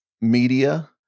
media